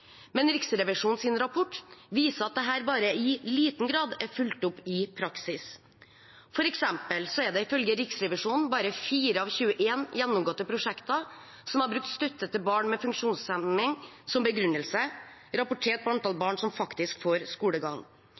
Men Riksrevisjonens rapport viser at dette bare i liten grad er fulgt opp i praksis. For eksempel er det ifølge Riksrevisjonen bare 4 av 21 gjennomgåtte prosjekter som har brukt støtte til barn med funksjonshemning som begrunnelse, rapportert antall barn som faktisk får skolegang.